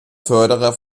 förderer